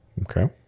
Okay